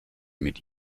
mit